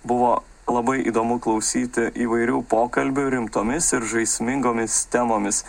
buvo labai įdomu klausyti įvairių pokalbių rimtomis ir žaismingomis temomis